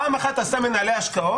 פעם אחת עשה מנהלי השקעות,